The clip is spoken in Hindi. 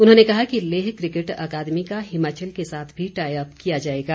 उन्होंने कहा कि लेह किकेट अकादमी का हिमाचल के साथ भी टाईअप किया जाएगा